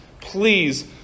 please